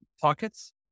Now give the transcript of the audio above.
pockets